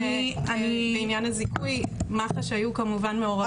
בעניין הזיכוי מח"ש היו כמובן מעורבים.